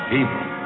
people